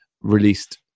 released